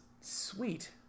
Sweet